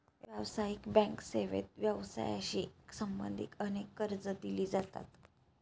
व्यावसायिक बँक सेवेत व्यवसायाशी संबंधित अनेक कर्जे दिली जातात